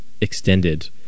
extended